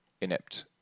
inept